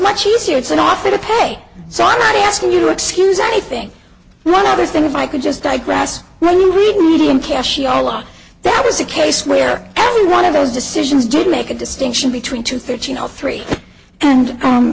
much easier it's an offer to pay so i'm not asking you to excuse anything and one other thing if i could just digress when you read median cash eola that was a case where every one of those decisions did make a distinction between two thirteen all three and